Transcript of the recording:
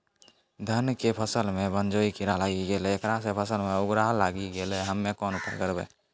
धान के फसलो मे बनझोरा कीड़ा लागी गैलै ऐकरा से फसल मे उखरा लागी गैलै हम्मे कोन उपाय करबै?